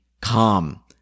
calm